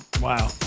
Wow